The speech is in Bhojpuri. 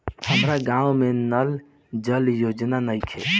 हमारा गाँव मे नल जल योजना नइखे?